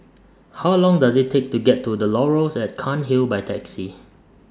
How Long Does IT Take to get to The Laurels At Cairnhill By Taxi